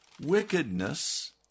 wickedness